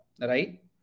right